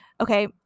Okay